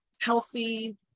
healthy